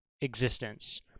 existence